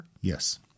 Yes